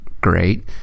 great